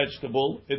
vegetable